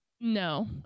No